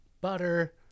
Butter